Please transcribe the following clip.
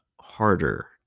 harder